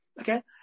okay